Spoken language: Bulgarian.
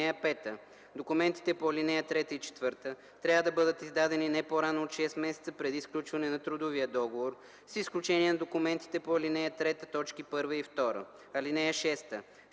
език. (5) Документите по ал. 3 и 4 трябва да бъдат издадени не по-рано от 6 месеца преди сключване на трудовия договор, с изключение на документите по ал. 3, т. 1 и 2.